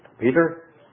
Peter